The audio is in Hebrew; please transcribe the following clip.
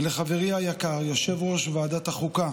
ולחברי היקר יושב-ראש ועדת החוקה